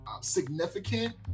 significant